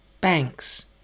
banks